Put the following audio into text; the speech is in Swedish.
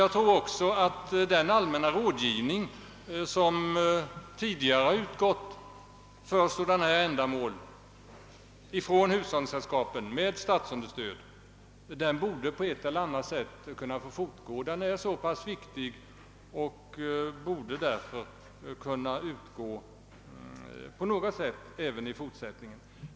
Jag tror också att den allmänna rådgivning som tidigare utförts för sådana ändamål av hushållningssällskapen med statsunderstöd på ett eller annat sätt borde kunna fortsätta, ty den är mycket viktig.